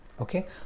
okay